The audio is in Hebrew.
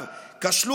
חוקה,